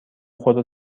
خدا